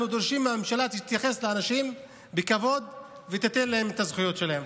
אנחנו דורשים מהממשלה שתתייחס לאנשים בכבוד ושתיתן להם את הזכויות שלהם.